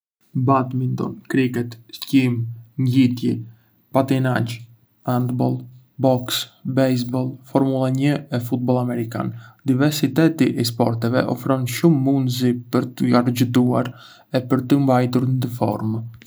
Badminton, kriket, skijim, ngjitje, patinazh, handball, boks, bejsboll, formula një e futboll amerikan. Diversiteti i sporteve ofron shumë mundësi për të argëtuar e për t'u mbajtur ndë formë.